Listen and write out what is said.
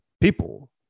people